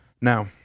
Now